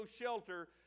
shelter